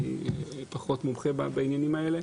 אני פחות מומחה בעניינים האלה,